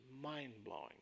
mind-blowing